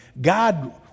God